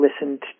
listened